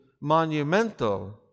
monumental